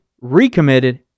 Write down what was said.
recommitted